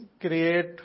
create